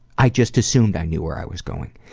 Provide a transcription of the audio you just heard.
i just assumed i knew where i was going.